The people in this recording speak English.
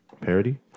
parody